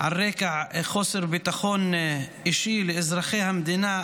על רקע חוסר ביטחון אישי לאזרחי המדינה,